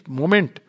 moment